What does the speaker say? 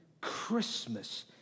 Christmas